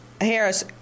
Harris